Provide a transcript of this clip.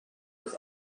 des